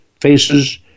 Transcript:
faces